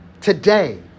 today